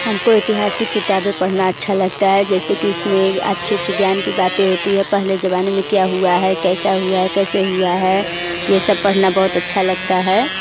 हमको ऐतिहासिक किताबें पढ़ना अच्छा लगता है जैसे कि उसमें अच्छी अच्छी ज्ञान की बातें होती है पहले ज़माने में क्या हुआ है कैसा हुआ है कैसे हुआ है यह सब पढ़ना बहुत अच्छा लगता है